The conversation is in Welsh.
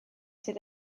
sydd